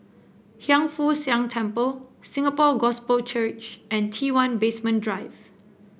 Hiang Foo Siang Temple Singapore Gospel Church and T one Basement Drive